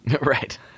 right